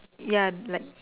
ya black